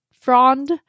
frond